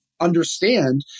understand